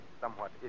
somewhat